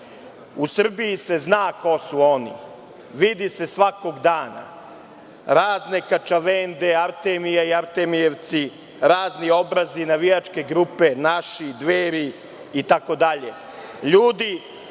U Srbiji se zna ko su oni. Vidi se svakog dana, razne Kačavende, Artemije i Artemijevci, razni „Obrazi“, navijačke grupe, „Naši“, „Dveri“